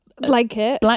Blanket